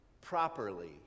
properly